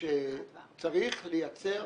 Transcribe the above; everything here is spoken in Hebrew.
שצריך לייצר